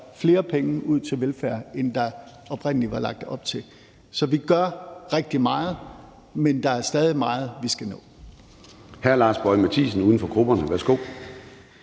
flere penge ud til velfærd, end der oprindelig var lagt op til. Så vi gør rigtig meget, men der er stadig meget, vi skal nå. Kl. 13:20 Formanden (Søren Gade): Hr. Lars Boje Mathiesen, uden for grupperne. Værsgo.